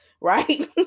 right